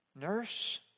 nurse